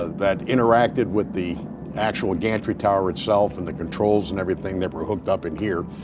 that interacted with the actual gantry tower itself and the controls and everything that were hooked up in here.